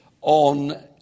on